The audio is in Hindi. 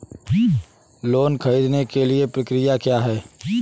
लोन ख़रीदने के लिए प्रक्रिया क्या है?